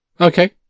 Okay